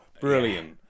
Brilliant